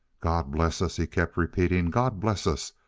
god bless us! he kept repeating. god bless us!